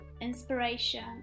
inspiration